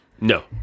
No